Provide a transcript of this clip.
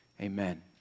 amen